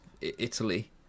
Italy